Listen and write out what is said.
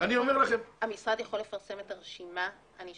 המשרד יכול לפרסם את הרשימה של